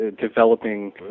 developing